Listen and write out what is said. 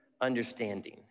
understanding